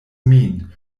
min